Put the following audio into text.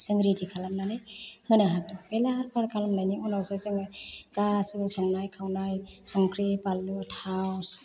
जों रेडि खालामनानै होनो हागोन बे लाहार फाहार खालामनायनि उनावसो जोङो गासिबो संनाय खावनाय संख्रि फानलु थाव